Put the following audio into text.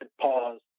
pause